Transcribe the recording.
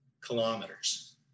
kilometers